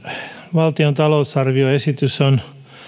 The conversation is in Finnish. valtion talousarvioesitys on